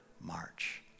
march